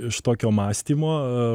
iš tokio mąstymo